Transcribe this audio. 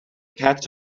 cats